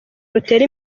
rutera